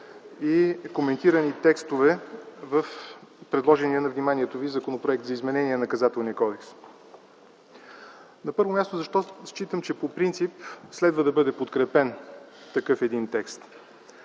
и коментирани текстове в предложения на вниманието ви Законопроект за изменение на Наказателния кодекс. На първо място, защо считам, че по принцип следва да бъде подкрепен такъв един текст.